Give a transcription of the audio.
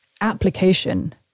application